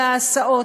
וההסעות,